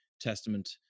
Testament